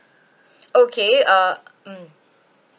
okay uh mm